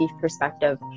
perspective